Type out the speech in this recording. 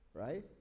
Right